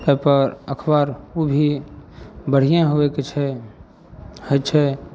paper अखबार ओ भी बढ़ियेँ होइके छै होइ छै